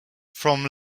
from